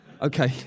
Okay